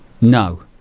no